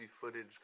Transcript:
footage